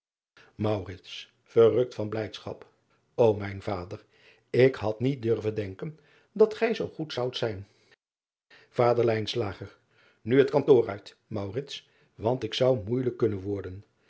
errukt van blijdschap o ijn vader ik had niet durven denken dat gij zoo goed zoudt zijn ader u het kantoor uit want ik zou moeijelijk kunnen worden